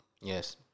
Yes